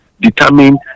determine